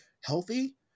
healthy